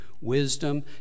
wisdom